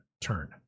turn